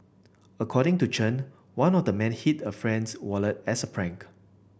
according to Chen one of the men hid a friend's wallet as a prank